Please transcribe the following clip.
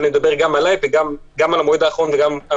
אבל אני מדבר גם על המועד האחרון וגם על